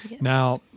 Now